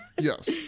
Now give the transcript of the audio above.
Yes